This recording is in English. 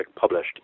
published